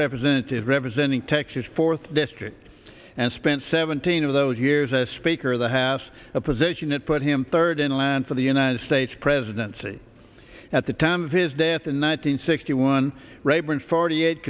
representative representing texas fourth district and spent seventeen of those years as speaker of the house a position that put him third in line for the united states presidency at the time of his death in one nine hundred sixty one rayburn forty eight